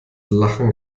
lachen